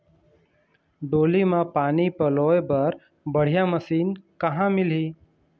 डोली म पानी पलोए बर बढ़िया मशीन कहां मिलही?